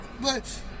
but-